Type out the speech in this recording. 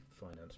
finance